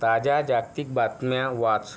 ताज्या जागतिक बातम्या वाच